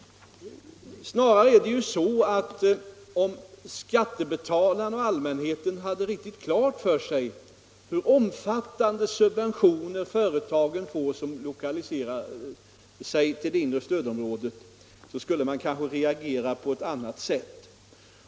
Snarare är det ju så att om skattebetalarna och allmänheten hade riktigt klart för sig hur omfattande subventioner företagen får som lokaliserar sig till det inre stödområdet, skulle man kanske reagera på ett annat sätt.